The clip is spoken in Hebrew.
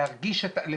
כל